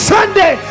Sunday